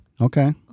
Okay